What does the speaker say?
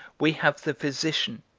we have the physician,